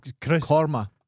Korma